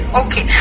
okay